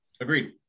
Agreed